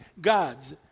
God's